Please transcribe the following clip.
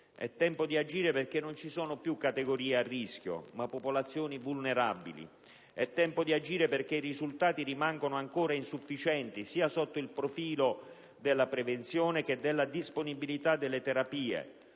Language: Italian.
È tempo di agire perché non ci sono più categorie a rischio, ma popolazioni vulnerabili. È tempo di agire perché i risultati rimangono ancora insufficienti, sia sotto il profilo della prevenzione, che della disponibilità delle terapie,